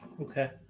okay